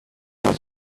class